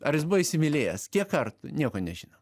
ar jis buvo įsimylėjęs kiek kartų nieko nežinom